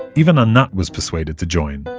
even anat was persuaded to join,